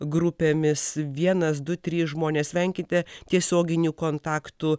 grupėmis vienas du trys žmonės venkite tiesioginių kontaktų